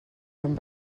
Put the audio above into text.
quan